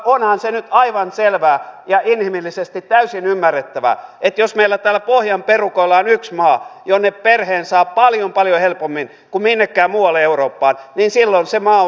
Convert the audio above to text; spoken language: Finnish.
onhan se nyt aivan selvää ja inhimillisesti täysin ymmärrettävää että jos meillä täällä pohjan perukoilla on yksi maa jonne perheen saa paljon paljon helpommin kuin minnekään muualle eurooppaan niin silloin se maa on vetovoimainen ja sinne pyritään